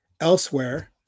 elsewhere